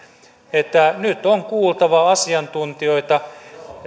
että nyt on kuultava asiantuntijoita